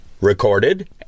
recorded